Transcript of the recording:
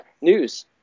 news